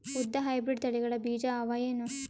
ಉದ್ದ ಹೈಬ್ರಿಡ್ ತಳಿಗಳ ಬೀಜ ಅವ ಏನು?